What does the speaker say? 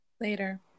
Later